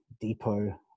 depot